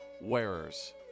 wearers